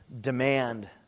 demand